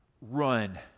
Run